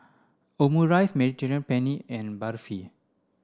Omurice Mediterranean Penne and Barfi